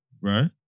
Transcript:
right